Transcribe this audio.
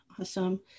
Awesome